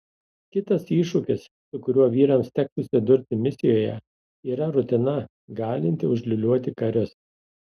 kitas iššūkis su kuriuo vyrams teks susidurti misijoje yra rutina galinti užliūliuoti karius